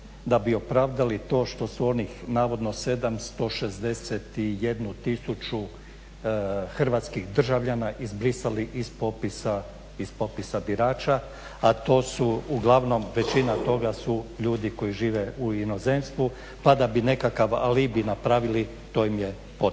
da bi opravdali to što su onih navodno 761 tisuću hrvatskih državljana izbrisali iz popisa birača a to su uglavnom, većina toga su ljudi koji žive u inozemstvu pa da bi nekakav alibi napravili to im je potrebno.